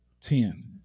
Ten